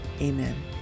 Amen